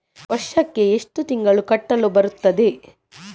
ವರ್ಷಕ್ಕೆ ಎಷ್ಟು ತಿಂಗಳು ಕಟ್ಟಲು ಬರುತ್ತದೆ?